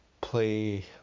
play